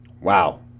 Wow